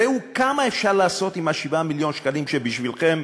ראו כמה אפשר לעשות עם 7 מיליון שקלים, שבשבילכם,